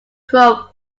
throw